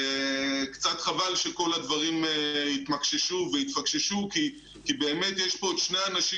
וקצת חבל שכל הדברים יתפקששו כי באמת יש פה את שתי הנשים